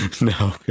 no